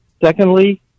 Secondly